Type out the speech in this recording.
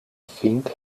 fink